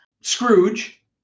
Scrooge